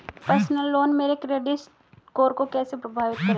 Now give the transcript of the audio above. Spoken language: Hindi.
पर्सनल लोन मेरे क्रेडिट स्कोर को कैसे प्रभावित करेगा?